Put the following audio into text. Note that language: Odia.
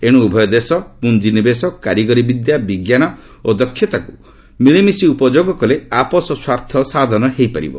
ଏଣୁ ଉଭୟ ଦେଶ ପୁଞ୍ଜିନିବେଶ କାରିଗରୀ ବିଦ୍ୟା ବିଜ୍ଞାନ ଓ ଦକ୍ଷତାକୁ ମିଳିମିଶି ଉପଯୋଗ କଲେ ଆପୋଷ ସ୍ୱାର୍ଥ ସାଧନ ହୋଇପାରିବ